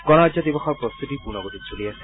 গণৰাজ্য দিৱসৰ প্ৰস্তুতি পূৰ্ণ গতিত চলি আছে